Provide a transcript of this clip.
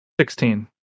Sixteen